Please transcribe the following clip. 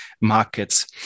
markets